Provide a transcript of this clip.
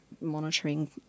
monitoring